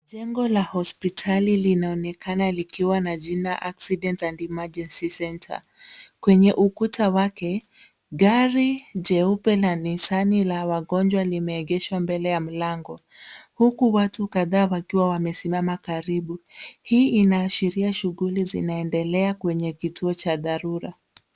Jengo la hospitali linaonekana likiwa na jina accident and emergency centre kwenye ukuta wake. Gari jeupe la Nissan la wagonjwa limeegeshwa mbele ya mlango huku watu kadhaa wakiwa wamesimama karibu. Hii inaashiria shughuli zinaendelea kwenye kituo cha dharura.